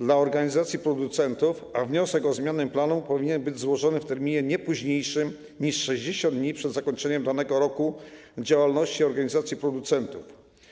dla organizacji producentów, a wniosek o zmianę planu powinien być złożony w terminie nie późniejszym niż 60 dni przed zakończeniem danego roku działalności organizacji producentów.